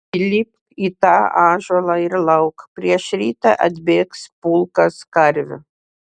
įlipk į tą ąžuolą ir lauk prieš rytą atbėgs pulkas karvių